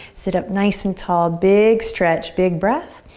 sit up nice and tall, big stretch, big breath.